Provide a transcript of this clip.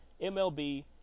MLB